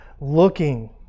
looking